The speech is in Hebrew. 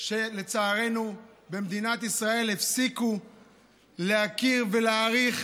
שלצערנו במדינת ישראל הפסיקו להכיר ולהעריך